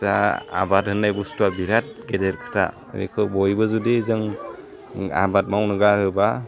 जाह आबाद होन्नाय बुस्थुवा बिराद गेदेर खोथा बेखौ बयबो जुदि जों आबाद मावनो गारोबा